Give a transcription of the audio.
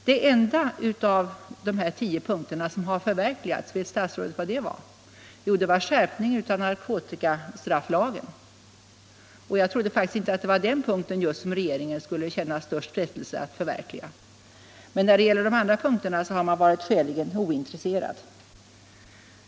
Kan herr statsrådet erinra sig att den enda av de tio punkterna som har förverkligats är skärpningen av narkotikastrafflagen! Jag trodde faktiskt inte att regeringen i första hand skulle känna sig manad att förverkliga just den punkten. Men när det gäller de andra punkterna har man varit skäligen ointresserad.